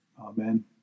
Amen